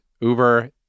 Uber